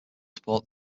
support